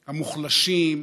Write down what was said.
המוחלשים,